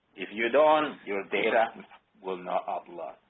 if you don't your data will not upload.